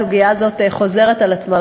הסוגיה הזאת חוזרת על עצמה,